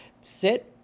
sit